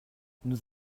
nous